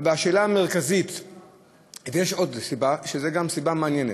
יש עוד סיבה, וזאת גם סיבה מעניינת: